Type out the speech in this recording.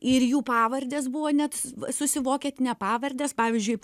ir jų pavardės buvo net susivokietinę pavardes pavyzdžiui